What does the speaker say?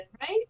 Right